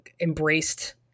embraced